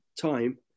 time